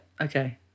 okay